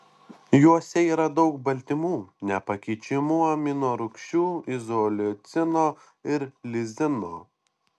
juose yra daug baltymų nepakeičiamų aminorūgščių izoleucino ir lizino